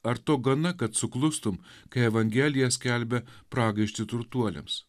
ar to gana kad suklustum kai evangelija skelbia pragaištį turtuoliams